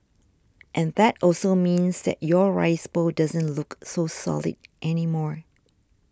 and that also means that your rice bowl doesn't look so solid anymore